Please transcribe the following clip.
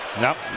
Nope